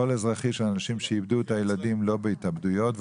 אזרחי של אנשים שאיבדו את הילדים לא בהתאבדויות ,